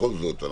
בכל זאת,